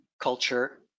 culture